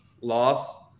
loss